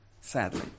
sadly